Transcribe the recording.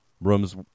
rooms